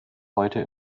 heute